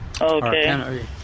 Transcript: Okay